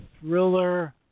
thriller